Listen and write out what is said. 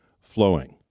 flowing